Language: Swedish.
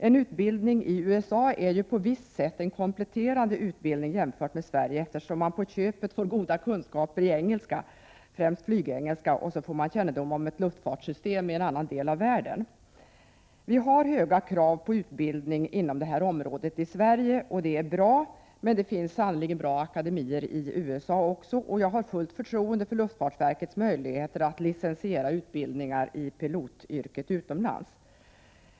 En utbildning i USA är ju på ett visst sätt en kompletterande utbildning till den svenska, eftersom man på köpet får goda kunskaper i engelska, främst flygengelska, och man får kännedom om ett luftfartssystem i en annan del av världen. Vi har höga krav på utbildningen inom området i Sverige. Det är bra. Men det finns sannerligen bra akademier i USA också, och jag har fullt förtroende för luftfartsverkets möjligheter att licensiera utbildningar i pilotyrket utomlands.